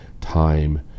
time